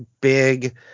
big